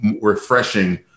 refreshing